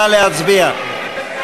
נא להצביע.